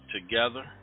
together